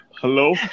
Hello